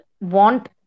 want